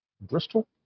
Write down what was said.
Bristol